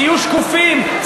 תהיו שקופים,